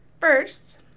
first